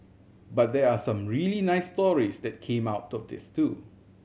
but there were some really nice stories that came out this too